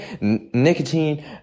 nicotine